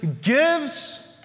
gives